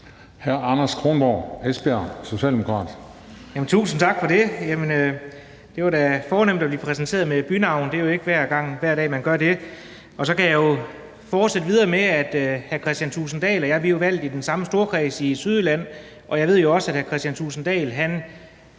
Anders Kronborg (S): Tusind tak for det. Det var da fornemt at blive præsenteret med bynavn. Det er jo ikke, hver dag man bliver det. Så kan jeg jo fortsætte videre med at sige, at hr. Kristian Thulesen Dahl og jeg er valgt i den samme storkreds, i Sydjylland. Jeg ved, at hr. Kristian Thulesen